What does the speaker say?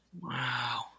Wow